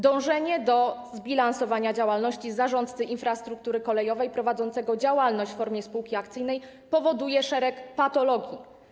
Dążenie do zbilansowania działalności zarządcy infrastruktury kolejowej prowadzącego tę działalność w formie spółki akcyjnej powoduje szereg patologii.